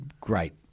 great